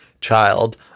child